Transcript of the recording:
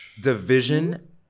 Division